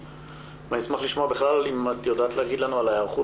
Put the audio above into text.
האם את יודעת להגיד לנו על היערכות